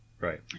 Right